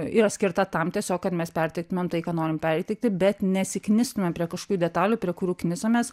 yra skirta tam tiesiog kad mes perteiktumėm tai ką norim perteikti bet nesiknistumėm prie kažkokių detalių prie kurių knisamės